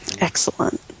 Excellent